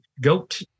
goat